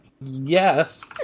yes